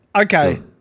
Okay